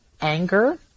Anger